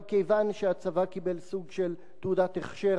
אבל כיוון שהצבא קיבל סוג של תעודת הכשר